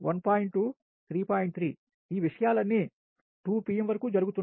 2 3 3 ఈ విషయాలన్నీ 2 pm వరకు జరుగుతున్నాయి